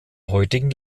heutigen